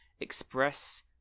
express